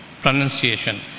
Pronunciation